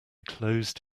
closed